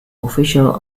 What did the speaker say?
official